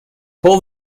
pull